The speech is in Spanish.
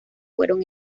fueron